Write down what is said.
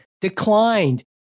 declined